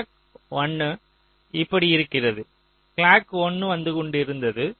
clock 1 இப்படி இருக்கிறது clock 1 வந்து கொண்டிருந்தது